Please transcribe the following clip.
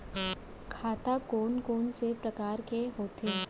खाता कोन कोन से परकार के होथे?